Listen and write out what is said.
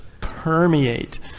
permeate